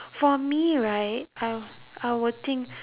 for me right I'll I would think